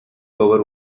power